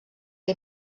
que